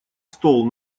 стол